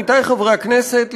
עמיתי חברי הכנסת,